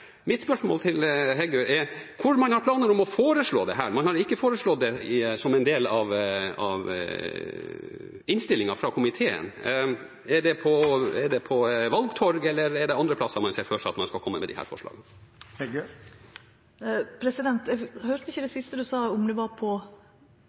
Mitt spørsmål til representanten Heggø er: Hvor har man planer om å foreslå dette? Man har ikke foreslått det som en del av innstillingen fra komiteen. Er det på valgtorget eller andre plasser man ser for seg at man skal komme med disse forslagene? Eg høyrde ikkje det siste representanten Bakke-Jensen sa, om det